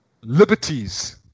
liberties